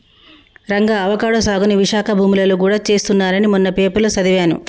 Ranga avocado సాగుని విశాఖ భూములలో గూడా చేస్తున్నారని మొన్న పేపర్లో సదివాను